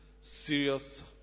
serious